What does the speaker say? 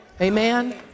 Amen